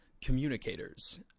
communicators